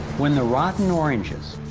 when the rotten oranges,